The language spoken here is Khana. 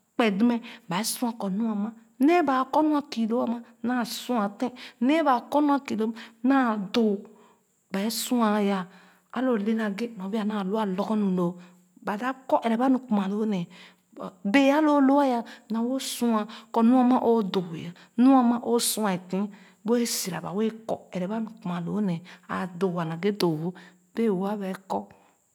Kpedemɛ ba sua kɔ nu ama nee ba kɔ nu a kii loo ama na sua tèn nee ba kɔ nu a kii loo naa doo ba ee sua yah a lo o le naghe nyɔ bee a naa nu a lorgor nu loo ba dap kɔ ɛrɛba nu kuma loo nee but bee a lo loo naa woh o sua kɔ nu a ma o doo eh nu a ma o su a tèn wɛɛ sora ga ba wɛɛ kɔ ɛrɛ ba nu kunna loo nee āā a doo wa naghe doo-wo bee wo ba ee kɔ.